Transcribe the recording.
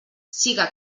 siga